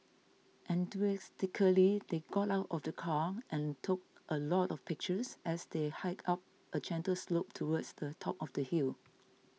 enthusiastically they got out of the car and took a lot of pictures as they hiked up a gentle slope towards the top of the hill